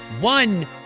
one